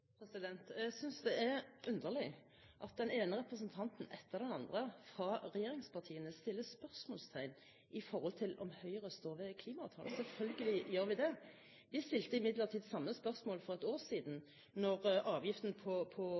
klimautslepp? Jeg synes det er underlig at den ene representanten etter den andre fra regjeringspartiene stiller spørsmål i forhold til om Høyre står ved klimaavtalen. Selvfølgelig gjør vi det. Vi stilte imidlertid det samme spørsmålet for ett år siden da avgiften på biodiesel ble innført, som vi oppfattet som et brudd på